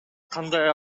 кандай